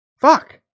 fuck